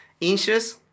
inches